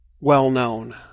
well-known